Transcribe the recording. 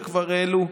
שכבר העלו.